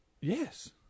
Yes